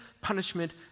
punishment